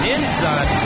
Inside